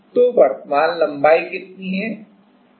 तो वर्तमान लंबाई कितनी है